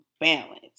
balance